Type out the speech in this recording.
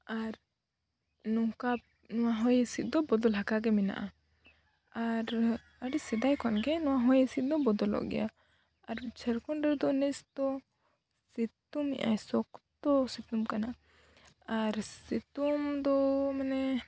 ᱟᱨ ᱱᱚᱝᱠᱟ ᱦᱚᱭ ᱦᱤᱥᱤᱫ ᱫᱚ ᱵᱚᱫᱚᱞ ᱦᱟᱠᱟᱜᱮ ᱢᱮᱱᱟᱜᱼᱟ ᱟᱨ ᱟᱹᱰᱤ ᱥᱮᱫᱟᱭ ᱠᱷᱚᱱᱜᱮ ᱦᱚᱭ ᱦᱤᱥᱤᱫ ᱫᱚ ᱰᱚᱞᱚᱜ ᱜᱮᱭᱟ ᱟᱨ ᱡᱷᱟᱲᱠᱷᱚᱸᱰ ᱨᱮᱫᱚ ᱱᱮᱥ ᱫᱚ ᱥᱤᱛᱩᱝᱮᱜ ᱟᱭ ᱥᱚᱠᱛᱚ ᱥᱤᱴᱩᱝ ᱠᱟᱱᱟ ᱟᱨ ᱥᱤᱛᱩᱝ ᱫᱚ ᱢᱟᱱᱮ